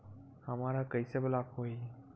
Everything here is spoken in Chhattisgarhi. हमर ह कइसे ब्लॉक होही?